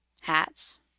hats